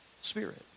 spirit